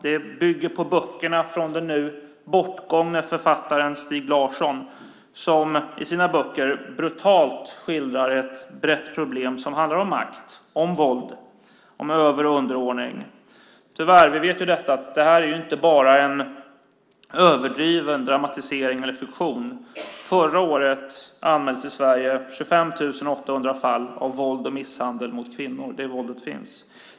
Den bygger på böckerna av den bortgångne författaren Stieg Larsson som brutalt skildrar ett brett problem som handlar om makt, våld och över och underordning. Vi vet att det inte bara är en överdriven dramatisering eller fiktion. Förra året anmäldes i Sverige 25 800 fall av våld och misshandel av kvinnor. Det våldet finns.